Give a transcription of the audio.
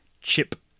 Chip